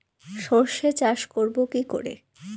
সর্ষে চাষ করব কি করে?